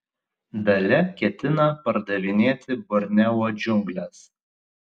dalia ketina pardavinėti borneo džiungles